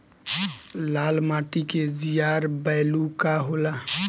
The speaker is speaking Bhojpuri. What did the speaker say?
लाल माटी के जीआर बैलू का होला?